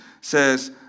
says